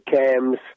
Cam's